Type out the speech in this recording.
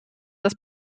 das